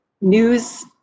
news